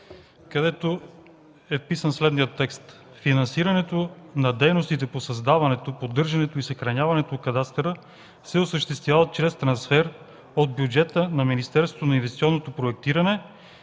където е вписан следният текст: „Финансирането на дейностите по създаването, поддържането и съхраняването на кадастъра се осъществява чрез трансфера от бюджета на Министерството на инвестиционното проектиране,